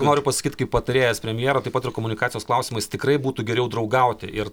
noriu pasakyt kaip patarėjas premjero taip pat ir komunikacijos klausimais tikrai būtų geriau draugauti ir